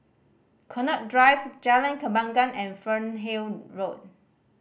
Connaught Drive Jalan Kembangan and Fernhill Road